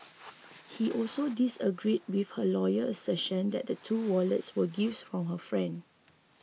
he also disagreed with her lawyer's assertion that the two wallets were gifts from her friend